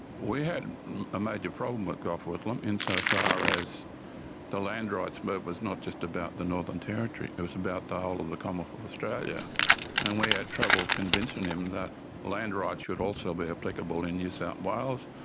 we had a major problem with gough whitlam insofar as the land rights movement but was not just about the northern territory, it was about the whole of the um commonwealth of australia. and we had trouble convincing him that land rights should also be applicable in new south wales,